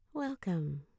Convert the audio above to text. Welcome